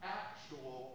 actual